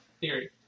theory